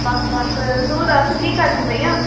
ਬਸ ਬਸ ਤੂੰ ਦੱਸ ਕੀ ਕਰਦੀ ਪਈ ਆ